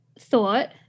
thought